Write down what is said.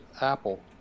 Apple